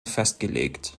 festgelegt